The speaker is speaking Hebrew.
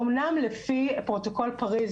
אמנם לפי פרוטוקול פריז,